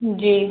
जी